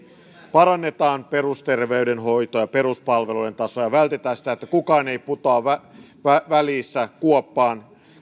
parannetaan perusterveydenhoitoa ja peruspalveluiden tasoa ja integroimalla palveluita autetaan sitä että kukaan ei putoa välissä kuoppaan